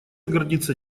гордится